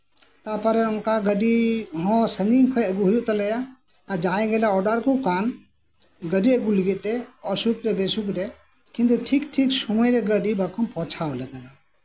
ᱛᱟᱨᱯᱚᱨᱮ ᱚᱱᱠᱟ ᱜᱟᱹᱰᱤ ᱦᱚᱸ ᱥᱟᱹᱜᱤᱧ ᱠᱷᱚᱱ ᱟᱹᱜᱩ ᱦᱩᱭᱩᱜ ᱛᱟᱞᱮᱭᱟ ᱟᱨ ᱡᱟᱦᱟᱸᱭ ᱜᱮᱞᱮ ᱚᱨᱰᱟᱨ ᱟᱠᱚ ᱠᱟᱱ ᱜᱟᱹᱰᱤ ᱟᱹᱜᱩ ᱞᱟᱹᱜᱤᱫᱛᱮ ᱚᱥᱩᱠ ᱨᱮ ᱵᱮᱥᱩᱠᱨᱮ ᱠᱤᱱᱛᱩ ᱴᱷᱤᱠ ᱴᱷᱤᱠ ᱥᱚᱢᱚᱭᱨᱮ ᱜᱟᱹᱰᱤ ᱵᱟᱠᱚ ᱯᱳᱣᱪᱷᱟᱣᱟᱞᱮ ᱠᱟᱱᱟ